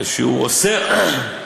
הוא אוסר,